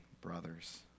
brothers